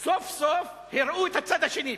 סוף-סוף הראו את הצד השני.